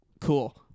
cool